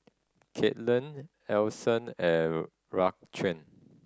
Kailyn Alyson and Raquan